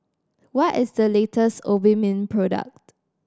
what is the latest Obimin product